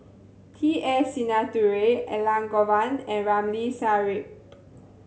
T S Sinnathuray Elangovan and Ramli Sarip